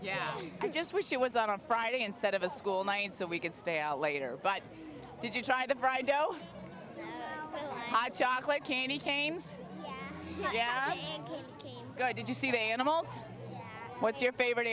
yeah i just wish it was on a friday instead of a school night so we could stay out later but did you try the fried dough hot chocolate candy canes yeah did you see the animals what's your favorite